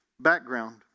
background